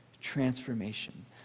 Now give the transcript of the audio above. Transformation